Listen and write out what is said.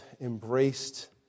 embraced